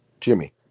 Jimmy